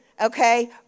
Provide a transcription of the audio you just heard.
okay